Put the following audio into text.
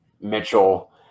Mitchell